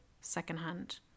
secondhand